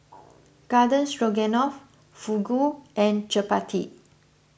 Garden Stroganoff Fugu and Chapati